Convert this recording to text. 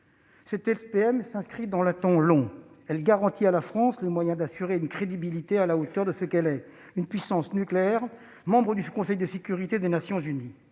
Cette LPM s'inscrit dans le temps long. Elle garantit à la France les moyens d'une crédibilité qui soit à la hauteur de ce qu'elle est : une puissance nucléaire, membre du Conseil de sécurité des Nations unies.